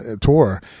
tour